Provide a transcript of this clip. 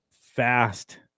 fast